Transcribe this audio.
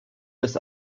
des